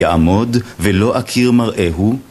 יעמוד ולא אכיר מראהו?